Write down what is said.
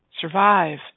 survive